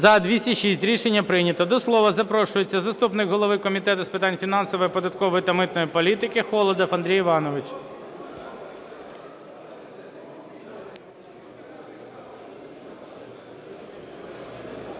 За-206 Рішення прийнято. До слова запрошується заступник голови Комітету з питань фінансової, податкової та митної політики Холодов Андрій Іванович.